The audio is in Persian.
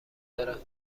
دارد